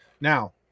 Now